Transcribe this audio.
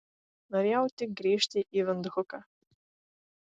norėjau tik grįžti į vindhuką